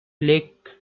lake